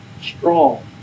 strong